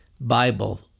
Bible